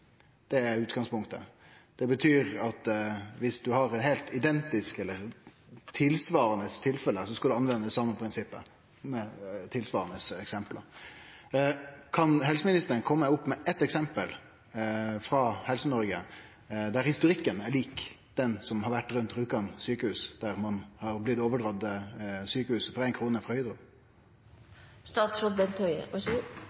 Det er utgangspunktet. Det betyr at dersom ein har eit heilt identisk eller tilsvarande tilfelle, skal ein anvende same prinsippet på tilsvarande eksempel. Kan helseministeren kome opp med eitt eksempel frå Helse-Noreg der historikken er lik den som har vore rundt Rjukan sykehus, der ein har blitt overdratt sjukehuset for ei krone